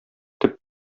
төп